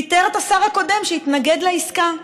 הוא פיטר את השר הקודם, שהתנגד לעסקה.